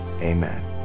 Amen